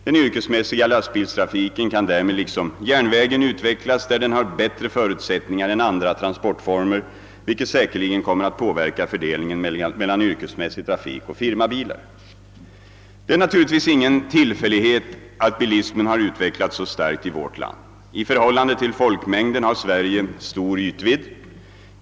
Den yrkesmässiga lastbilstrafiken kan därmed liksom järnvägen utvecklas där den har bättre förutsättningar än andra transportformer, vilket säkerligen kommer att påverka fördelningen mellan yrkesmässig trafik och firmabilar. Det är naturligtvis ingen tillfällighet att bilismen har utvecklats så starkt i vårt land. I förhållande till folkmängden har Sverige stor ytvidd.